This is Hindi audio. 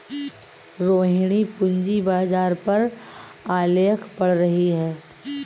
रोहिणी पूंजी बाजार पर आलेख पढ़ रही है